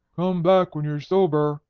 come back when you're sober!